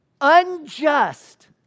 unjust